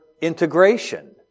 integration